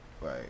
Right